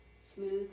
smooth